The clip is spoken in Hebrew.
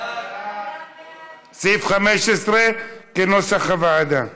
סעיף 15, כהצעת הוועדה,